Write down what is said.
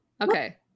okay